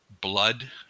blood